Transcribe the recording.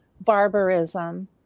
barbarism